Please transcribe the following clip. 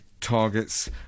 targets